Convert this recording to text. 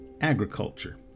agriculture